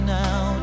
now